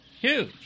huge